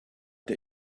the